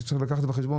צריך לקחת את זה בחשבון.